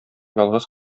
ялгыз